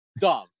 dumb